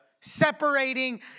separating